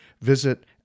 Visit